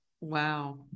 wow